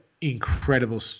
incredible